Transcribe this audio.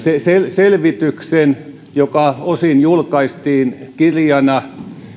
selvityksen joka osin julkaistiin kirjana